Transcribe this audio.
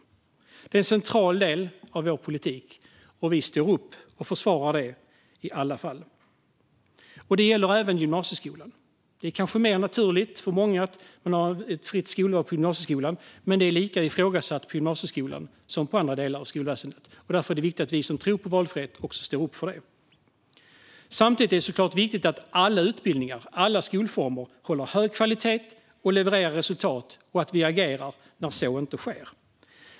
Detta är en central del av vår politik, och vi står upp för och försvarar detta i samtliga fall. Detta gäller även gymnasieskolan. Det är kanske mer naturligt för många med ett fritt skolval på gymnasieskolan, men det är lika ifrågasatt där som i andra delar av skolväsendet. Därför är det viktigt att vi som tror på valfrihet står upp för det. Samtidigt är det såklart viktigt att alla utbildningar och alla skolformer håller hög kvalitet och levererar resultat och att vi agerar när så inte är fallet.